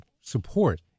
support